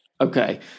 Okay